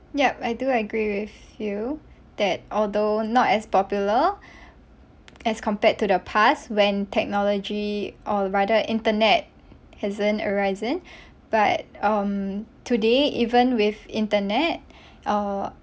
yup I do agree with you that although not as popular as compared to the past when technology or rather internet hasn't arisen but um today even with internet uh